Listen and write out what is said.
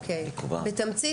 אסטרטגיות: בתמצית,